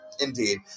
Indeed